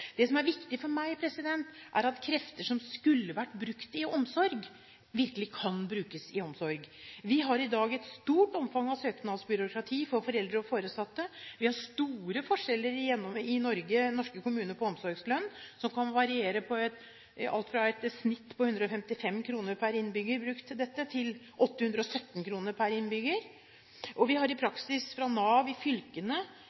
Det som er viktig for meg, er at krefter som skulle vært brukt i omsorg, virkelig kan brukes i omsorg. Vi har i dag et stort omfang av søknadsbyråkrati for foreldre og foresatte, vi har store forskjeller i norske kommuner knyttet til omsorgslønn, som kan variere fra et snitt på 155 kr per innbygger brukt til dette, til 817 kr per innbygger. Vi har i praksis utbetaling av pleiepenger fra Nav i fylkene, ja også avslag, slik vi har sett i